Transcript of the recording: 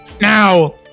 now